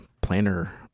planner